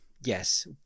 Yes